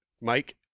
Mike